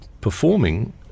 performing